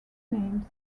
names